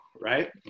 Right